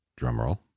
Drumroll